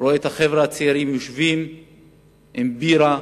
ורואה את החבר'ה הצעירים יושבים עם בירה,